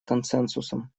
консенсусом